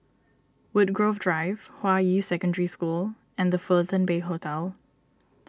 Woodgrove Drive Hua Yi Secondary School and the Fullerton Bay Hotel